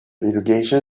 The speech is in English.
irrigation